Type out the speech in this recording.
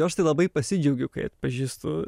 aš tai labai pasidžiaugiu kai atpažįstu